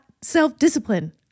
self-discipline